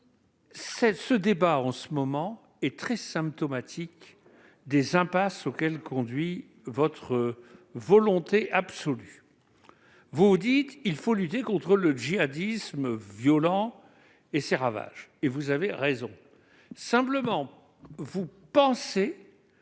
le débat que nous tenons est très symptomatique des impasses auxquelles conduit votre volonté absolue. Vous dites qu'il faut lutter contre le djihadisme violent et ses ravages, et vous avez raison. Cependant, vous pensez